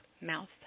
mouth